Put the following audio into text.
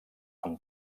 amb